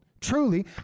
truly